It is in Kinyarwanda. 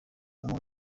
umuntu